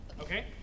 Okay